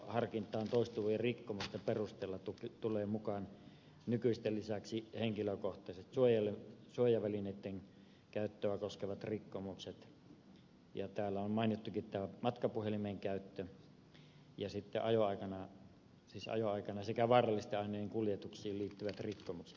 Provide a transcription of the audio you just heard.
ajokieltoharkintaan toistuvien rikkomusten perusteella tulevat mukaan nykyisten lisäksi henkilökohtaisten suojavälineitten käyttöä koskevat rikkomukset ja täällä on mainittukin matkapuhelimen käyttö ajoaikana sekä vaarallisten aineiden kuljetuksiin liittyvät rikkomukset